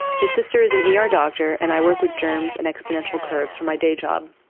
his sister is an e r. doctor and i work with germs and exponential curves from my day job.